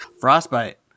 Frostbite